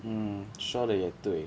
mm 说得也对